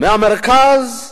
מהמרכז,